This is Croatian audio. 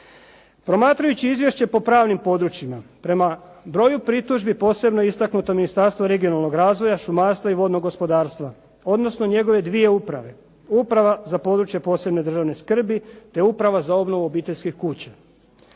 Promatrajući izvješće po pravnim područjima, prema broju pritužbi posebno je istaknuto Ministarstvo regionalnog razvoja, šumarstva i vodnog gospodarstva, odnosno njegove dvije uprave, Uprava za područje posebne državne skrbi te Uprava za obnovu obiteljskih kuća.